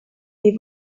est